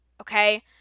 Okay